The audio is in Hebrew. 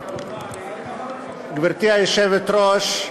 גברתי היושבת-ראש,